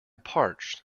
parched